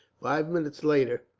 five minutes later,